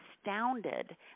astounded